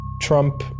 Trump